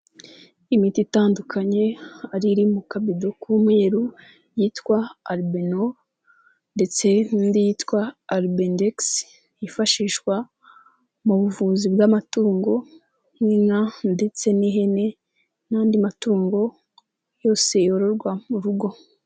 Imiti itandukanye hari iri mu kabido k'umweru yitwa alibeno ndetse n'indiiyitwa alibedekisi yifashishwa mu buvuzi bw'amatungo, nk'inka ndetse n'ihene n'andi matungo yose yororwa mu rugo.